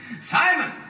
Simon